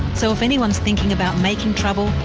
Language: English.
so if anyone's thinking about making trouble,